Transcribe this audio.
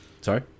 Sorry